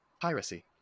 Piracy